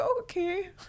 Okay